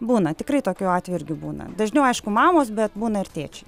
būna tikrai tokių atvejų irgi būna dažniau aišku mamos bet būna ir tėčiai